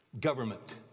government